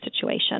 situation